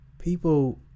People